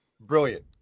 brilliant